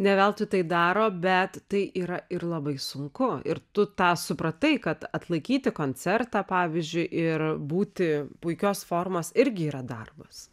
ne veltui tai daro bet tai yra ir labai sunku ir tu tą supratai kad atlaikyti koncertą pavyzdžiui ir būti puikios formos irgi yra darbas